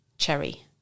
Cherry